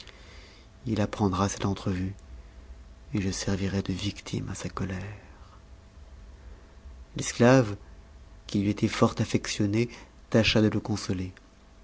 il apprendra cette entrevue et je servirai de victime à sa colère l'esclave qui lui était fort affectionné tâcha de le consoler